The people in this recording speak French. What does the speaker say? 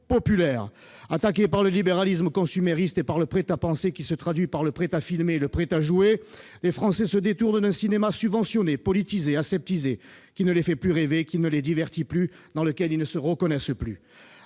Attaqués par le libéralisme consumériste et par le prêt-à-penser, qui se traduit par le prêt-à-filmer, le prêt-à-jouer, les Français se détournent d'un cinéma subventionné, politisé, aseptisé, qui ne les fait plus rêver, qui ne les divertit plus, dans lequel ils ne se reconnaissent plus.